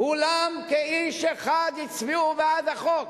כולם כאיש אחד הצביעו בעד החוק,